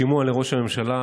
שימוע לראש הממשלה